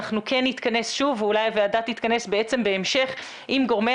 אנחנו כן נתכנס שוב ואולי הוועדה תתכנס בהמשך עם גורמי